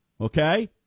okay